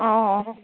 অঁ